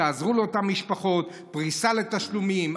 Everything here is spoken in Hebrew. תעזרו לאותן משפחות: פריסה לתשלומים,